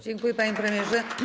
Dziękuję, panie premierze.